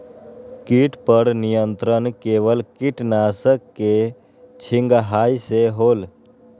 किट पर नियंत्रण केवल किटनाशक के छिंगहाई से होल?